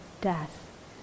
death